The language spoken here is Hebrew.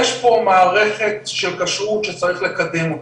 יש פה מערכת של כשרות שצריך לקדם אותה,